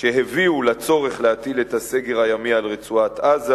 שהביאו לצורך להטיל את הסגר הימי על רצועת-עזה.